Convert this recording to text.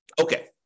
Okay